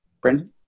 Brendan